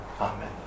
Amen